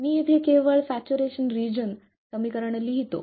मी येथे केवळ saturation region समीकरण लिहितो